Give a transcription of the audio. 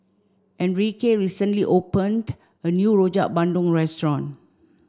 Enrique recently opened a new Rojak Bandung Restaurant